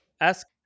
ask